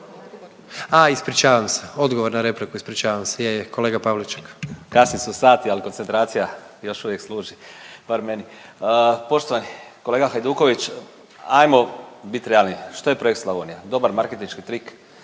A, ispričavam se, odgovor na repliku, ispričavam se, je, je. Kolega Pavliček. **Pavliček, Marijan (Hrvatski suverenisti)** Kasni su sati, ali koncentracija još uvijek služi, bar meni. Poštovani kolega Hajduković, ajmo bit realni. Što je projekt Slavonija? Dobar marketinški trik